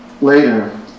Later